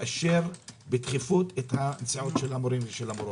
לאשר בדחיפות את היציאות של המורים והמורות.